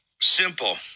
Simple